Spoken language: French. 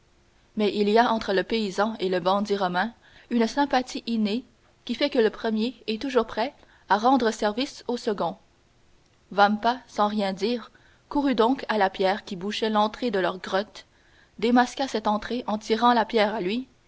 mais il y a entre le paysan et le bandit romain une sympathie innée qui fait que le premier est toujours prêt à rendre service au second vampa sans rien dire courut donc à la pierre qui bouchait l'entrée de leur grotte démasqua cette entrée en tirant la pierre à lui